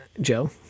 Joe